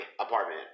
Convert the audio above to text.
apartment